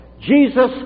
Jesus